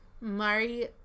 mari